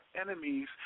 enemies